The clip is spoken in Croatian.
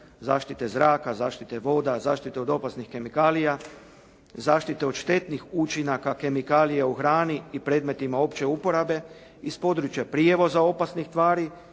zaštite zraka, zaštite voda, zaštite od opasnih kemikalija, zaštite od štetnih učinaka kemikalija u hrani i predmetima opće uporabe, iz područja prijevoza opasnih tvari